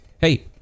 Hey